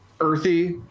Earthy